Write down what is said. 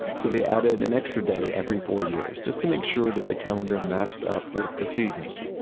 so they added an extra day every four years, just to make sure that the calendar matched up with the seasons.